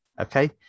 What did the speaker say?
Okay